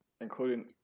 Including